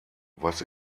was